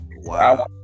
Wow